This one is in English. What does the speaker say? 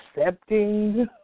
accepting